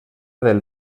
del